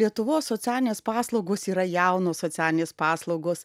lietuvos socialinės paslaugos yra jaunos socialinės paslaugos